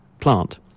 plant